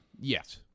Yes